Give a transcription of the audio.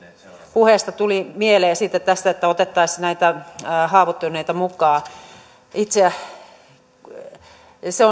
puheesta tuli mieleen tästä että otettaisiin näitä haavoittuneita mukaan se